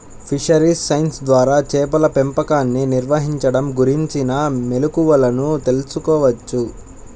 fisheries science ద్వారా చేపల పెంపకాన్ని నిర్వహించడం గురించిన మెళుకువలను తెల్సుకోవచ్చు